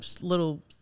little